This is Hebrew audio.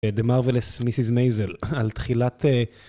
The Marvelous Mrs. Maisel, על תחילת...